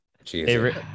favorite